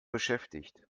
beschäftigt